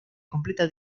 completa